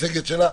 המצגת שלה?